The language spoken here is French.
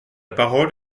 parole